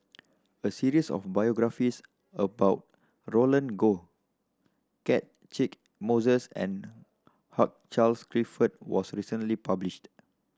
a series of biographies about Roland Goh Catchick Moses and Hugh Charles Clifford was recently published